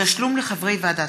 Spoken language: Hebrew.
היתר לשימוש חורג),